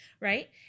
right